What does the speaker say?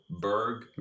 berg